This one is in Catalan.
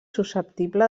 susceptible